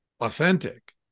authentic